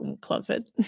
closet